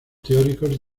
teóricos